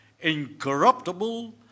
incorruptible